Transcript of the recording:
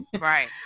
right